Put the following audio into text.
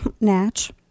Natch